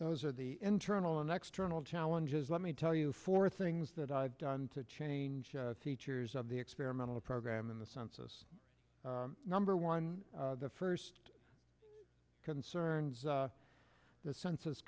those are the internal and external challenges let me tell you four things that i've done to change features of the experimental program in the census number one the first concerns the census